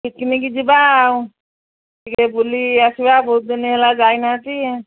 picnic ଯିବା ଟିକେ ବୁଲି ଆସିବା ବହୁତ ଦିନ ହେଲା ଯାଇନାହାନ୍ତି